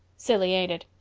silly, ain't it?